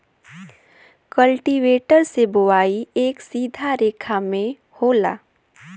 cultivator से बोवाई एक सीधा रेखा में होला